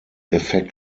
effekt